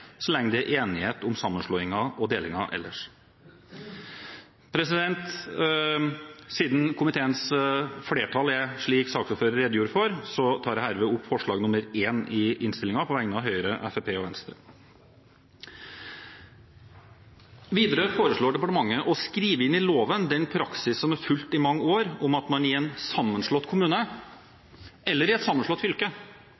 så lenge det er enighet om sammenslåingen og delingen ellers. Siden komiteens flertall er slik saksordføreren redegjorde for, tar jeg herved opp forslag nr. 1 i innstillingen, på vegne av Høyre, Fremskrittspartiet og Venstre. Videre foreslår departementet å skrive inn i loven den praksis som er fulgt i mange år, om at man i en sammenslått